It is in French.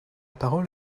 parole